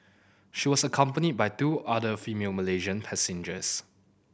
she was accompanied by two other female Malaysian passengers